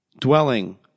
dwelling